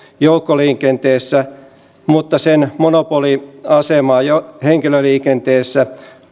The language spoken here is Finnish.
joukkoliikenteessä mutta sen monopoli asemaa henkilöliikenteessä